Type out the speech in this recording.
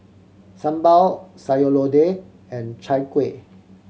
sambal Sayur Lodeh and Chai Kuih